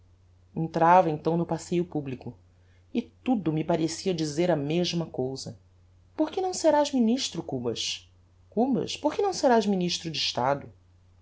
entrava então no passeio publico e tudo me parecia dizer a mesma cousa porque não serás ministro cubas cubas porque não serás ministro de estado